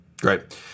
Great